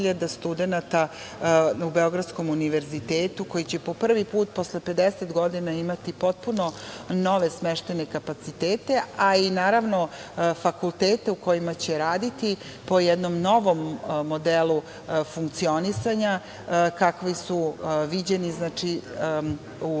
studenata Beogradskog univerziteta, koji će po prvi put posle 50 godina imati potpuno nove smeštajne kapacitete, a i naravno, fakultete u kojima će raditi po jednom novom modelu funkcionisanja, kakvi su viđeni u